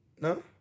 No